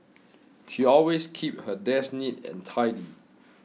she always keeps her desk neat and tidy